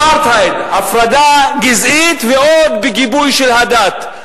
אפרטהייד, הפרדה גזעית, ועוד בגיבוי של הדת.